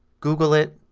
goggle it,